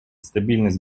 стабильность